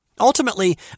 Ultimately